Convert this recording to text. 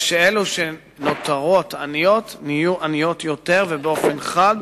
אלה שנותרות עניות נהיו עניות יותר, ובאופן חד,